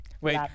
Wait